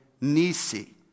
Nisi